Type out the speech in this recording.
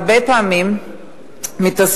הרבה פעמים מתעסקים,